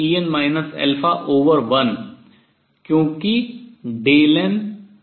या 1 क्योंकि Δn 1 है